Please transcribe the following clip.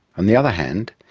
on the other hand,